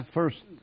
first